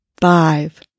five